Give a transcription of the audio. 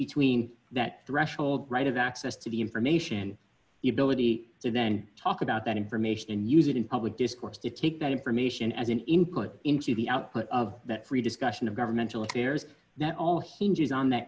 between that threshold right of access to the information the ability to then talk about that information and use it in public discourse to take that information as an input into the output of that free discussion of governmental affairs that all hinges on that